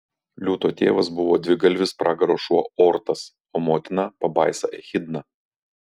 liūto tėvas buvo dvigalvis pragaro šuo ortas o motina pabaisa echidna